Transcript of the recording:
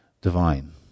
divine